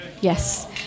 Yes